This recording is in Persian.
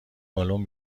بالن